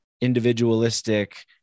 individualistic